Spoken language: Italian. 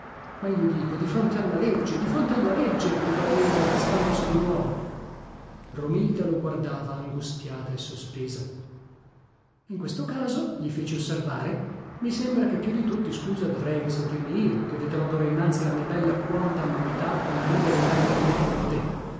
io dico di fronte alla legge di fronte alla legge gridò egli arrestandosi di nuovo romilda lo guardava angustiata e sospesa in questo caso gli feci osservare mi sembra che più di tutti scusa dovrei risentirmi io che vedrò dora innanzi la mia bella quondam metà convivere maritalmente con te